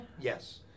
Yes